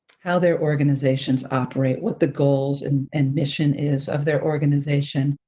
how their organizations operate, what the goals and and mission is of their organization,